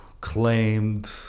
claimed